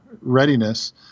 readiness